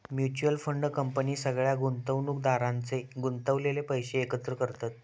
mutual fund company सगळ्या गुंतवणुकदारांचे गुंतवलेले पैशे एकत्र करतत